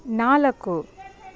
ನಾಲ್ಕು